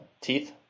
teeth